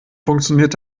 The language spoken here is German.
funktioniert